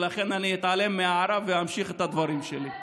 לכן אני אתעלם מההערה ואמשיך את הדברים שלי.